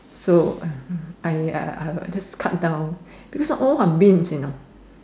so uh I I I just cut down because all are beans you know